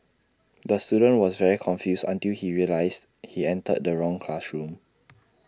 the student was very confused until he realised he entered the wrong classroom